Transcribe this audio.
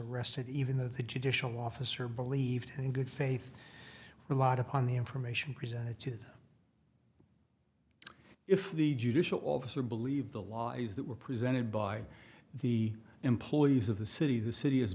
arrested even though the judicial officer believed in good faith relied upon the information presented to them if the judicial officer believed the lies that were presented by the employees of the city the city is